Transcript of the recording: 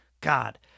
God